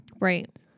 Right